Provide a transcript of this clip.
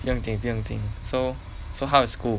不用紧不用紧 so so how is school